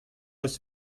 eus